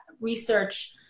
research